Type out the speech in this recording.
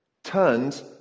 turned